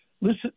Listen